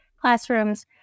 classrooms